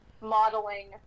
modeling